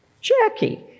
Jackie